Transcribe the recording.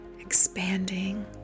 expanding